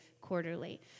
quarterly